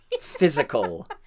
physical